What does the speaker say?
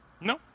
No